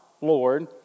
Lord